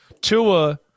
Tua